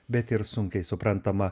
bet ir sunkiai suprantama